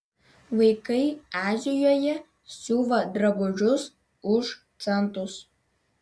vaikai azijoje siuva drabužius už centus